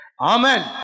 Amen